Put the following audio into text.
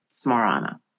smarana